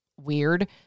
weird